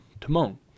Timon